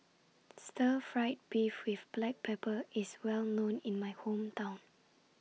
Stir Fried Beef with Black Pepper IS Well known in My Hometown